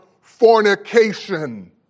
fornication